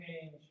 change